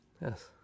yes